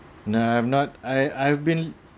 no have not I I've been